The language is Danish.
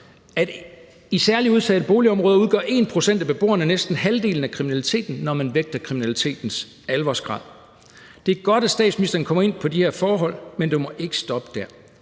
at i særlig udsatte boligområder udgør 1 pct. af beboerne næsten halvdelen af kriminaliteten, når man vægter kriminalitetens alvorsgrad. Det er godt, at statsministeren kommer ind på de her forhold, men det må ikke stoppe der.